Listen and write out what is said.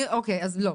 אוקיי, אז לא.